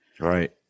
right